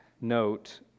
note